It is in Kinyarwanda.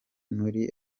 muri